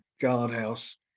guardhouse